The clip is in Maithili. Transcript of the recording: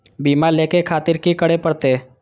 बीमा लेके खातिर की करें परतें?